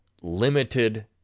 limited